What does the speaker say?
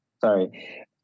Sorry